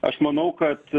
aš manau kad